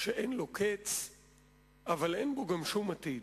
שאין לו קץ אבל אין בו גם שום עתיד.